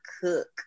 cook